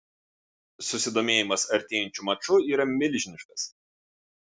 susidomėjimas artėjančiu maču yra milžiniškas